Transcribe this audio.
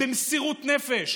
במסירות נפש.